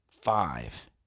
five